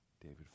David